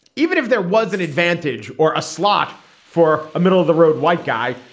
even if there was an advantage or a slot for a middle of the road white guy,